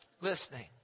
Listening